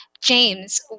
James